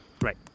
Right